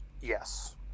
yes